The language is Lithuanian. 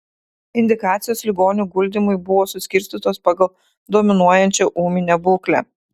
indikacijos ligonių guldymui buvo suskirstytos pagal dominuojančią ūminę būklę